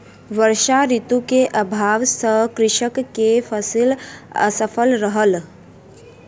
वर्षा ऋतू के अभाव सॅ कृषक के फसिल असफल रहल